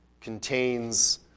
contains